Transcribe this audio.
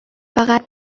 فقط